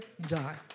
die